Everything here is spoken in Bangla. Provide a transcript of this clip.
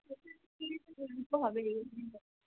হবেই